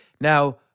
Now